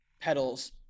petals